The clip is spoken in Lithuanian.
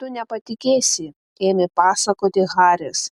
tu nepatikėsi ėmė pasakoti haris